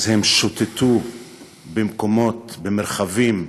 הם שוטטו במקומות, במרחבים מופקרים,